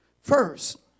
First